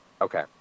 Okay